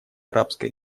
арабской